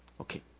Okay